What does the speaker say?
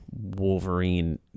Wolverine